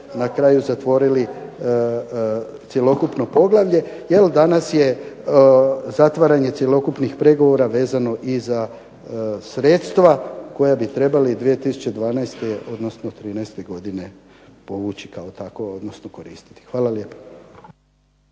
na kraju zatvorili cjelokupno poglavlje jer danas je zatvaranje cjelokupnih pregovora vezano i za sredstva koja bi trebala 2012. odnosno '13. godine povući kao takova odnosno koristiti. Hvala lijepa.